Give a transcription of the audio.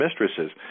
mistresses